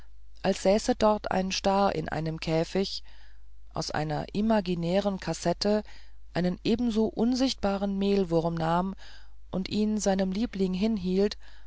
als säße dort ein star in einem käfig aus einer imaginären kassette einen ebenso unsichtbaren mehlwurm nahm und ihn seinem liebling hinhielt